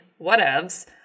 whatevs